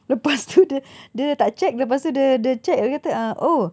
lepas tu dia dia tak check lepas tu dia dia check dia kata uh oh